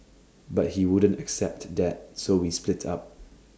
but he wouldn't accept that so we split up